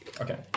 Okay